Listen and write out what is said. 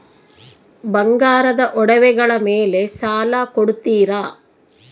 ಬಂಗಾರದ ಒಡವೆಗಳ ಮೇಲೆ ಸಾಲ ಕೊಡುತ್ತೇರಾ?